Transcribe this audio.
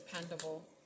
dependable